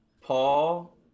Paul